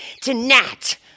Tonight